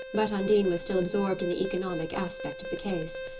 but undine was still absorbed in the economic aspect of the case.